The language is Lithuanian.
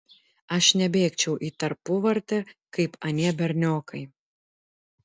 aš nebėgčiau į tarpuvartę kaip anie berniokai